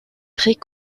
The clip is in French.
très